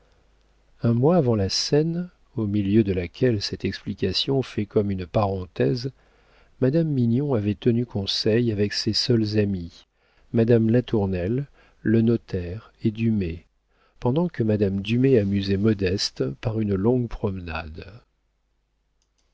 un mois avant la scène au milieu de laquelle cette explication fait comme une parenthèse madame mignon avait tenu conseil avec ses seuls amis madame latournelle le notaire et dumay pendant que madame dumay amusait modeste par une longue promenade